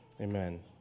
amen